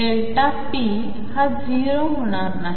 Δp हा 0 होणार नाही